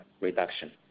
reduction